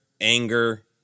anger